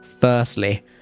...firstly